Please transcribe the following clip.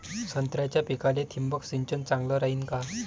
संत्र्याच्या पिकाले थिंबक सिंचन चांगलं रायीन का?